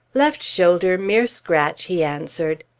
left shoulder mere scratch, he answered.